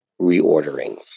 reordering